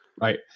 right